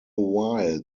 while